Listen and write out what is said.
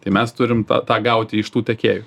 tai mes turim tą tą gauti iš tų tiekėjų